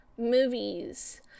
Movies